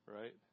Right